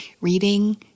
reading